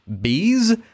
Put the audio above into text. bees